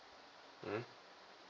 mm